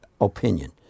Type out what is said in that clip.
opinion